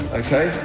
okay